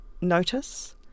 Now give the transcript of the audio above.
notice